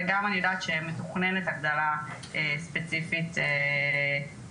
וגם אני יודעת שמתוכננת הגדלה ספציפית לאת"ן.